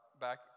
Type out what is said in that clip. back